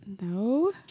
No